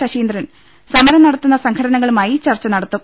ശശീ ന്ദ്രൻ സമരം നടത്തുന്ന സംഘടനകളുമായി ചർച്ച നടത്തും